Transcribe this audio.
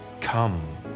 Come